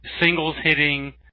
singles-hitting